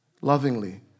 Lovingly